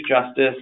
Justice